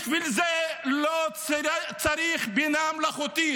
בשביל זה לא צריך בינה מלאכותית.